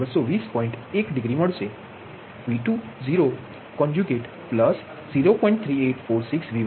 1 degree મલશે V20 અનુબદ્ધ વત્તા 0